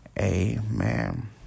Amen